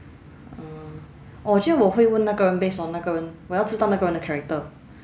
err orh 我觉得我会问那个人 based on 那个人我要知道那个人的 character